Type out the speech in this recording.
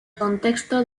contexto